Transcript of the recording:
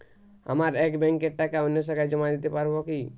আমার এক ব্যাঙ্কের টাকা অন্য শাখায় জমা দিতে পারব কি?